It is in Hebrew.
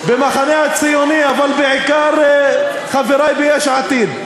במחנה הציוני, אבל בעיקר לחברי מיש עתיד.